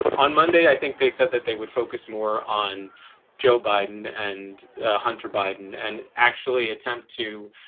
on monday, i think they said that they would focus more on joe biden and hunter biden and actually attempt to,